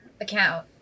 account